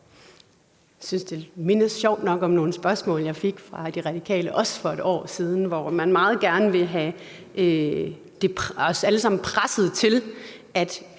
(EL): Det mindede sjovt nok om nogle spørgsmål, jeg også fik fra De Radikale for et år siden, hvor man meget gerne ville presse os alle sammen til at